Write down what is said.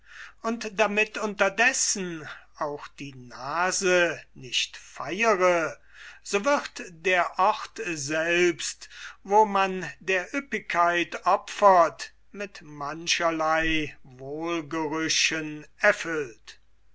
und damit unterdessen auch die nase nicht feiere so wird der ort selbst wo man der ueppigkeit opfert mit mancherlei wohlgerüchen erfüllt